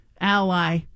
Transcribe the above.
ally